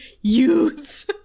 youths